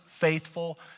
faithful